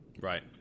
Right